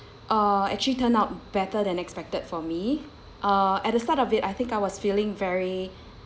uh actually turn out better than expected for me uh at the start of it I think I was feeling very